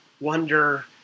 wonder